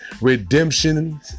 Redemption